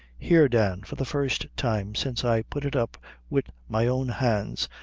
here, dan, for the first time since i put it up wid my own hands,